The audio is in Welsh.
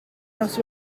nos